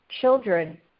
children